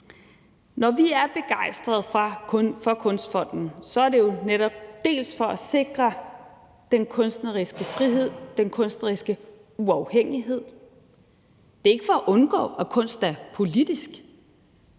Når vi er begejstret for Kunstfonden, er det jo netop for at sikre den kunstneriske frihed, den kunstneriske uafhængighed. Det er ikke for at undgå, at kunst er politisk.